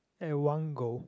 at one go